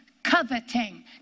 Coveting